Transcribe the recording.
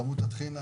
גם על כמות הטחינה.